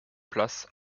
place